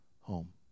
home